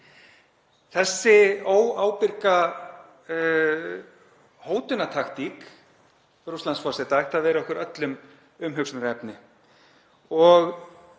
Þessi óábyrga hótunartaktík Rússlandsforseta ætti að vera okkur öllum umhugsunarefni.